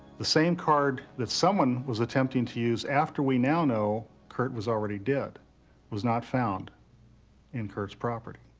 the same card that someone was attempting to use after we now know kurt was already dead was not found in kurt's property.